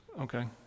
Okay